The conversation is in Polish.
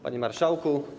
Panie Marszałku!